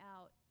out